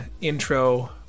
intro